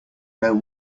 know